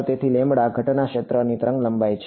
તેથીઘટના ક્ષેત્ર તરંગલંબાઇ છે